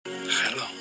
hello